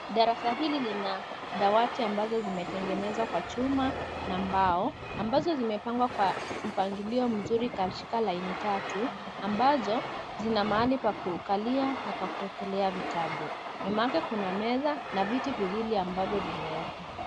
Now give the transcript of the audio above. Darasa hili lina dawati ambazo zimetengenezwa kwa chuma na mbao, ambazo zimepangwa kwa mpangilio mzuri katika laini tatu ambazo, zina mahali pa kukalia na pa kuwekelea vitabu. Nyuma yake kuna meza na viti viwili ambavyo vimewekwa.